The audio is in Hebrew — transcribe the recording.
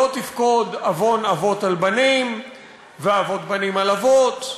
לא תפקוד עוון אבות על בנים ועוון בנים על אבות.